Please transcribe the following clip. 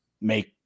make